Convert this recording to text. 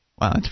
Wow